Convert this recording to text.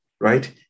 right